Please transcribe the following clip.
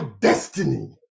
destiny